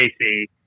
ac